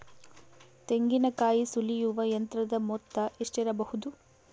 ತೆಂಗಿನಕಾಯಿ ಸುಲಿಯುವ ಯಂತ್ರದ ಮೊತ್ತ ಎಷ್ಟಿರಬಹುದು?